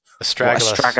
Astragalus